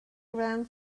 around